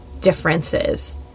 differences